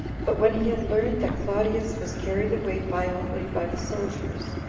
but when he had learned that claudius was carried away violently by the soldiers,